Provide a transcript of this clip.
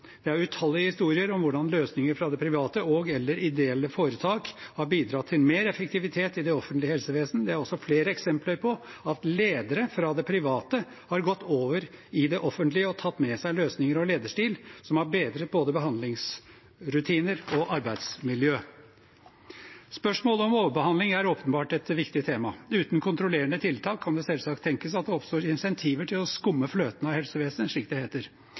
Det er utallige historier om hvordan løsninger fra det private og/eller ideelle foretak har bidratt til større effektivitet i det offentlige helsevesenet. Det er også flere eksempler på at ledere fra det private har gått over i det offentlige og tatt med seg løsninger og en lederstil som har bedret både behandlingsrutiner og arbeidsmiljø. Spørsmålet om overbehandling er åpenbart et viktig tema. Uten kontrollerende tiltak kan det selvsagt tenkes at det oppstår insentiver til å skumme fløten av helsevesenet, slik det heter.